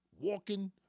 walking